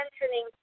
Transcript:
mentioning